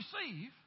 receive